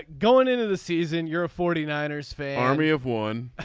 going into the season you're a forty nine ers fan army of one.